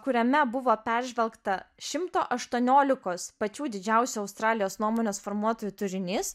kuriame buvo peržvelgta šimto aštuoniolikos pačių didžiausių australijos nuomonės formuotojų turinys